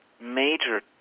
major